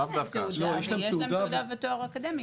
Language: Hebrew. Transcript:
יש להם תעודה ותואר אקדמי,